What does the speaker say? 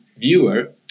viewer